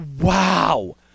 wow